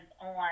on